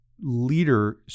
leader